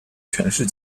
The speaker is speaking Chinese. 全市